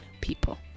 people